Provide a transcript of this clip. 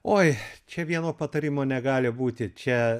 oi čia vieno patarimo negali būti čia